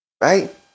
Right